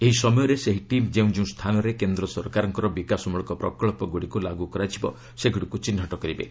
ଏହି ସମୟରେ ସେହି ଟିମ୍ ଯେଉଁ ଯେଉଁ ସ୍ଥାନରେ କେନ୍ଦ୍ର ସରକାରଙ୍କ ବିକାଶମଳକ ପ୍ରକଚ୍ଚଗୁଡ଼ିକୁ ଲାଗୁ କରାଯିବ ସେଗୁଡ଼ିକୁ ଚିହ୍ରଟ କରିବେ